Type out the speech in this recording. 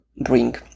bring